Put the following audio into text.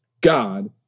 God